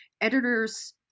editors